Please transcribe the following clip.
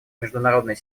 международной